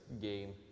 game